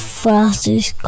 fastest